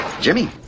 Jimmy